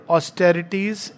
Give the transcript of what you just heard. Austerities